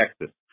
Texas